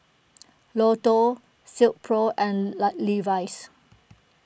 Lotto Silkpro and La Levi's